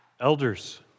elders